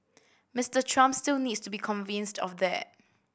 Mister Trump still needs to be convinced of that